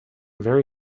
very